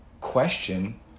question